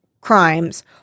crimes